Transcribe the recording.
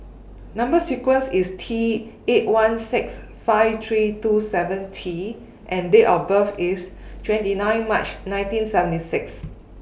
Number sequence IS T eight one six five three two seven T and Date of birth IS twenty nine March nineteen seventy six